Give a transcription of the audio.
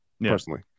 personally